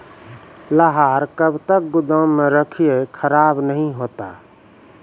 लहार कब तक गुदाम मे रखिए खराब नहीं होता?